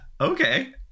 Okay